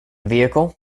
vehicle